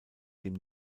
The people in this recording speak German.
dem